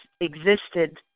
existed